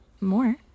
more